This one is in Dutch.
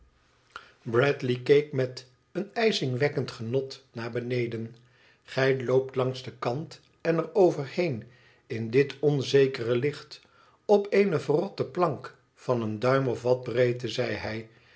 bradley keek met een ijzingwekkend genot naar beneden gij loopt langs den kant en eroverheen in dit onzekere licht op eene verrotte plank van een duim of wat breedte zei hij